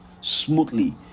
smoothly